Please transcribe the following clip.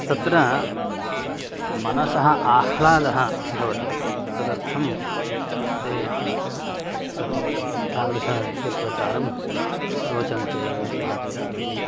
तत्र मनसः आह्लादः भवति तदर्थं ते तत्सर्वं तादृशः नृत्यप्रकारं रोचन्ते इति भावयामि